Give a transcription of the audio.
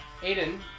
Aiden